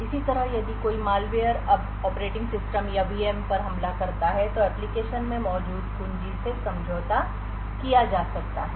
इसी तरह यदि कोई मालवेयर अब ऑपरेटिंग सिस्टम या VM पर हमला करता है तो एप्लिकेशन में मौजूद कुंजी से समझौता किया जा सकता है